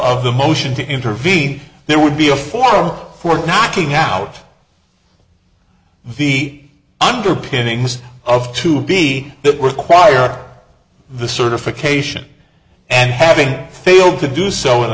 of the motion to intervene there would be a forum for knocking out the underpinnings of to be required the certification and having failed to do so in